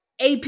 AP